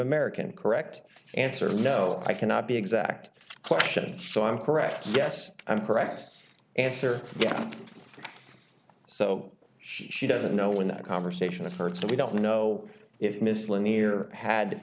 american correct answer no i cannot be exact question so i'm correct yes i'm correct answer yes so she doesn't know when that conversation occurred so we don't know if miss linear had